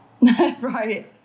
right